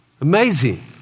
Amazing